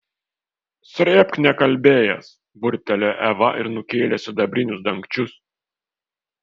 srėbk nekalbėjęs burbtelėjo eva ir nukėlė sidabrinius dangčius